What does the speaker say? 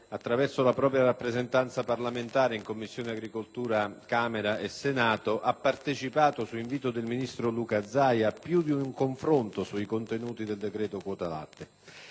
attraverso la propria rappresentanza parlamentare in Commissione agricoltura del Senato e della Camera ha partecipato, su invito del ministro Luca Zaia, a più di un confronto sui contenuti del decreto sulle quote